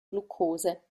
glukose